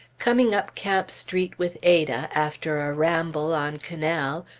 coming up camp street with ada, after a ramble on canal,